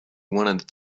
wanted